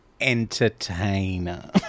entertainer